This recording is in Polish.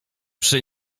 przy